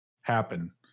happen